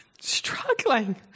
struggling